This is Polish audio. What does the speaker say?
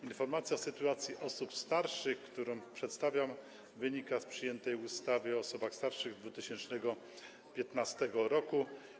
Informacja o sytuacji osób starszych, którą przedstawiam, wynika z przyjętej ustawy o osobach starszych z 2015 r.